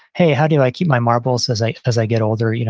hey, how do i keep my marbles as i as i get older, you know